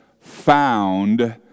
found